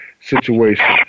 situation